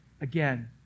again